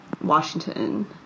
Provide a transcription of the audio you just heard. Washington